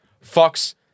Fox